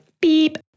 Beep